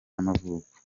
y’amavuko